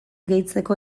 gehitzeko